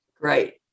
Great